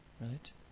right